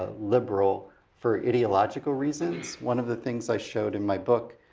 liberal for ideological reasons. one of the things i showed in my book